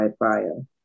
bio